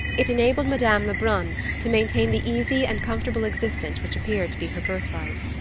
it enabled madame lebrun to maintain the easy and comfortable existence which appeared to be her birthright.